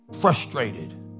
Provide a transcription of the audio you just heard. frustrated